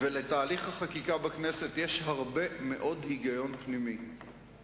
אתם באים ומצהירים היום שאין מדיניות של שתי מדינות לאום,